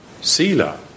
Sila